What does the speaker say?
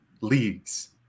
leagues